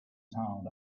sound